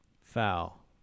foul